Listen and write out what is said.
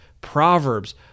Proverbs